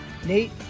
Nate